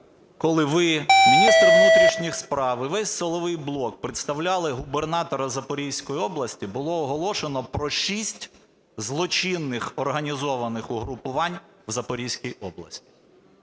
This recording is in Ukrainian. Коли ви, міністр внутрішніх справ і весь силовий блок представляли губернатора Запорізької області, було оголошено про 6 злочинних організованих угрупувань в Запорізькій області.